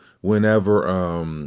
whenever